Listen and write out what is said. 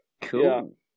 Cool